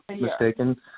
mistaken